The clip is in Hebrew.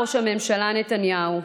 ראש הממשלה נתניהו,